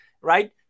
right